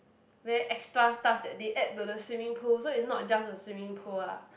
very extra stuff that they add to the swimming pool so it's not just a swimming pool ah